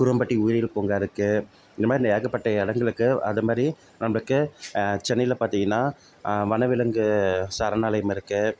குருவம்பட்டி உயிரியல் பூங்கா இருக்கு இந்த மாதிரி ஏகப்பட்ட இடங்களுக்கு அதை மாதிரி நம்பளுக்கு சென்னையில் பார்த்திங்கன்னா வனவிலங்கு சரணாலயம் இருக்கு